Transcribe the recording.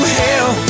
hell